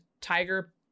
tiger